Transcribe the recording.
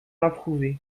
approuvait